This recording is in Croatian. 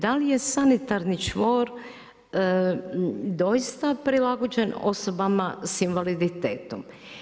Da li je sanitarni čvor doista prilagođen osobama s invaliditetom?